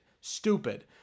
stupid